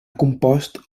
compost